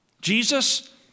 Jesus